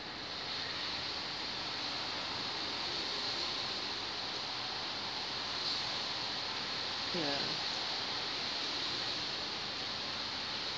ya